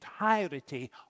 entirety